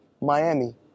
Miami